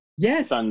Yes